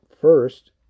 first